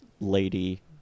lady